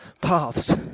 paths